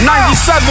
97